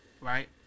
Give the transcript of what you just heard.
right